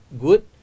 good